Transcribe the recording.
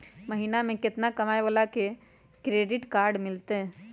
महीना में केतना कमाय वाला के क्रेडिट कार्ड मिलतै?